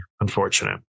unfortunate